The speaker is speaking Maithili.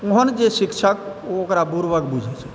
ओहन जे शिक्षक ओकरा बुड़बक बुझै छथिन